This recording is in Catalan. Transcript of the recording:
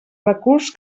recurs